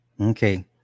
Okay